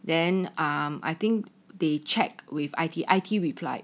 then I think they checked with I_T I_T replied